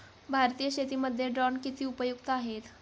भारतीय शेतीमध्ये ड्रोन किती उपयुक्त आहेत?